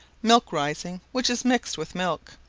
milk-rising which is mixed with milk,